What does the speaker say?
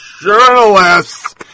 journalists